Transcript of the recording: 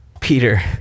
Peter